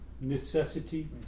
necessity